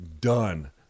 done